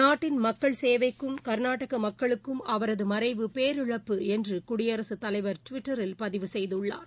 நாட்டின் மக்கள் சேவைக்கும் கர்நாடக மக்களுக்கும் அவரது மறைவு பேரிழப்பு என்று குடியரசுத் தலைவர் டுவிட்டரில் பதிவு செய்துள்ளார்